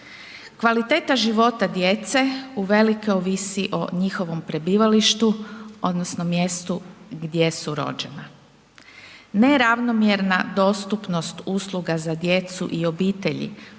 Kvaliteta života djece uvelike ovisi o njihovom prebivalištu odnosno mjestu gdje su rođena. Neravnomjerna dostupnost usluga za djecu i obitelji